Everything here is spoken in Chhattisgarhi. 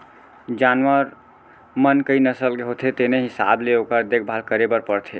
जानवर मन कई नसल के होथे तेने हिसाब ले ओकर देखभाल करे बर परथे